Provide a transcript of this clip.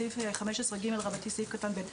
בסעיף 15ג(ב),